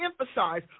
emphasize